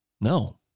No